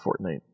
Fortnite